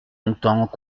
longtemps